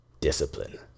discipline